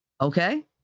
okay